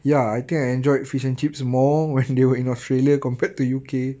ya I think I enjoyed fish and chips more when they were in australia compared to U_K